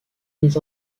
les